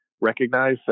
recognize